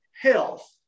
health